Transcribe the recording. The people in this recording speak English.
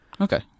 Okay